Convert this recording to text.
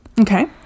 Okay